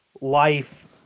life